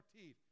teeth